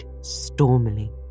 stormily